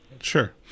Sure